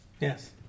yes